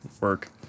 work